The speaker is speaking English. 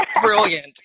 brilliant